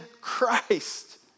Christ